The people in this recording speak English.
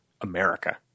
America